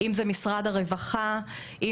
משרד הרווחה,